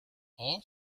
all